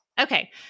Okay